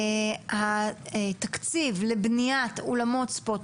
התקציב לבניית אולמות ספורט,